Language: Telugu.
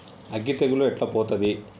అగ్గి తెగులు ఎట్లా పోతది?